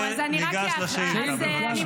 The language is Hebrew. ניגש לשאילתה, בבקשה.